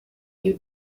you